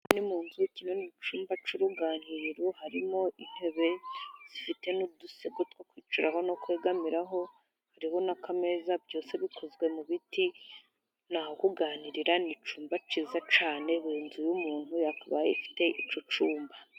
Hano ni mu nzu, iki ni icyumba cy'uruganiriro harimo intebe zifite n'udusego two kwicaraho no kwegamiraho. Harimo n'akameza, byose bikozwe mu biti. Ni aho kuganirira, ni icyumba kiza cyane, buri nzu y'umuntu yakabaye ifite icyo cyumba.